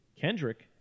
Kendrick